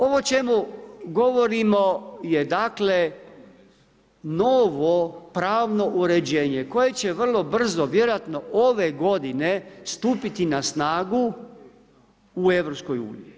Ovo o čemu govorimo je dakle novo pravno uređenje koje će vrlo brzo vjerojatno ove godine stupiti na snagu u EU.